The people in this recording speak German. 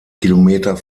kilometer